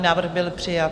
Návrh byl přijat.